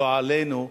לא עלינו,